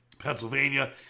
Pennsylvania